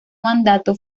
mandato